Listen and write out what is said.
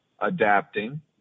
adapting